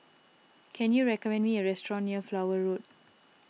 can you recommend me a restaurant near Flower Road